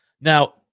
Now